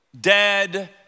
dead